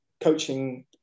coaching